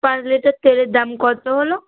পার litre তেলের দাম কত হলো